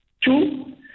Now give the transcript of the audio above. Two